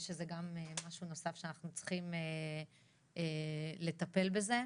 זה משהו נוסף שאנחנו צריכים לטפל בו.